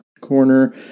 corner